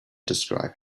describe